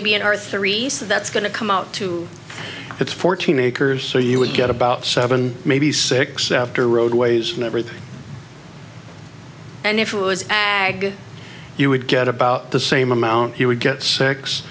so that's going to come out to it's fourteen acres so you would get about seven maybe six after roadways and everything and if it was ag you would get about the same amount you would get six